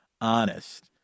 honest